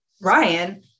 Ryan